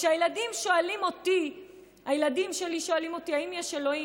כשהילדים שלי שואלים אותי אם יש אלוהים,